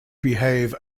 behave